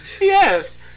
Yes